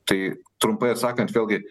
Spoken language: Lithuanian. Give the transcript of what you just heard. tai trumpai atsakant vėlgi